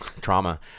trauma